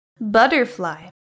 butterfly